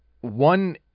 one